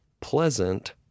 pleasant